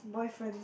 boyfriends